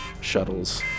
shuttles